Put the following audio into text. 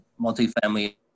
multifamily